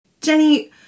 Jenny